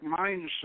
mindset